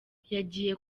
yagiye